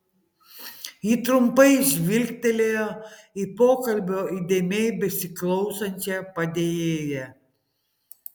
ji trumpai žvilgtelėjo į pokalbio įdėmiai besiklausančią padėjėją